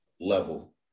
level